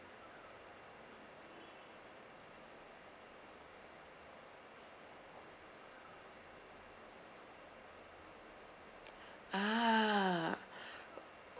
ah